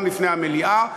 גם בפני המליאה,